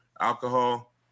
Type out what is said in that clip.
alcohol